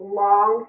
long